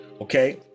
okay